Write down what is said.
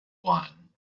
won